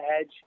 edge